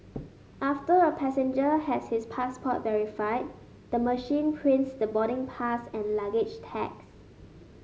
after a passenger has his passport verified the machine prints the boarding pass and luggage tags